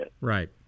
Right